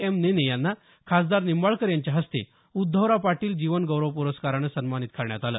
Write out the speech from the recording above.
M Nene यांना खासदार निंबाळकर यांच्या हस्ते उद्धवराव पाटील जीवन गौरव प्रस्कारानं सन्मानित करण्यात आलं